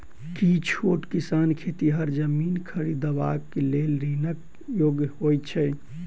की छोट किसान खेतिहर जमीन खरिदबाक लेल ऋणक योग्य होइ छै?